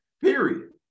period